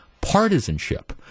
partisanship